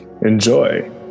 enjoy